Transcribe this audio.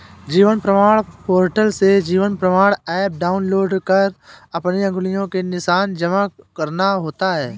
जीवन प्रमाण पोर्टल से Jeevan Pramaan app download कर अपनी उंगलियों के निशान जमा करना होता है